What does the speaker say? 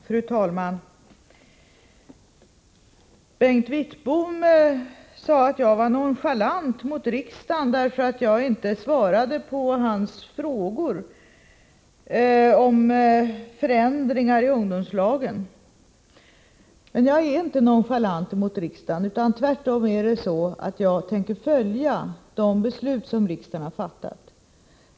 Fru talman! Bengt Wittbom sade att jag var nonchalant mot riksdagen för att jag inte svarade på hans frågor om förändringar i ungdomslagen. Jag är inte nonchalant emot riksdagen, tvärtom är det så, att jag tänker följa de beslut som riksdagen har fattat.